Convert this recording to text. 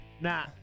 nah